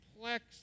complex